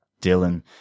Dylan